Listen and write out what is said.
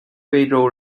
非洲